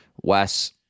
Wes